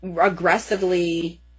aggressively